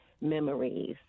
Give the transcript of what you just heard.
memories